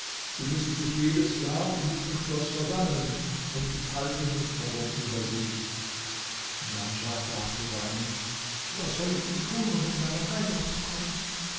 sie müssen sich jedes jahr in diesem schloß versammeln und ich halte musterung über sie djanschah fragte weinend was soll ich nun tun um in meine heimat zu kommen